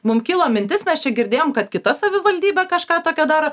mum kilo mintis mes čia girdėjom kad kita savivaldybė kažką tokio daro